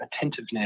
attentiveness